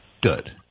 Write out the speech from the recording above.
good